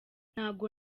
ntabwo